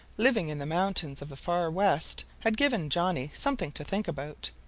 living in the mountains of the far west, had given johnny something to think about.